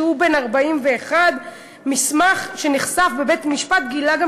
כשהוא בן 41. מסמך שנחשף בבית-משפט גילה גם